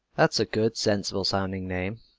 that's a good, sensible sounding name.